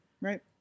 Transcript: Right